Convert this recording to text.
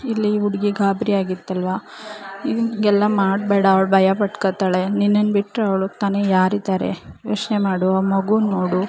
ಇಲ್ಲಿ ಈ ಹುಡ್ಗಿ ಗಾಬರಿಯಾಗಿತ್ತಲ್ವ ಹೀಗೆಲ್ಲ ಮಾಡಬೇಡ ಅವ್ಳು ಭಯಪಡ್ಕೋತಾಳೆ ನಿನ್ನನ್ನು ಬಿಟ್ಟರೆ ಅವ್ಳಿಗ್ ತಾನೆ ಯಾರಿದ್ದಾರೆ ಯೋಚನೆ ಮಾಡು ಆ ಮಗುನ ನೋಡು